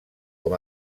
com